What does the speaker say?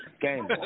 Game